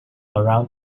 around